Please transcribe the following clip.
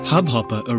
Hubhopper